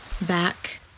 back